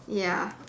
ya